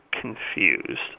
confused